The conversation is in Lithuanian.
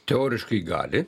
teoriškai gali